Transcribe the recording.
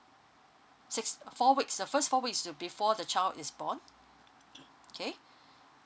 six four weeks the first four weeks to before the child is born okay